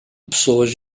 pessoas